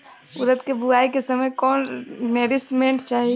उरद के बुआई के समय कौन नौरिश्मेंट चाही?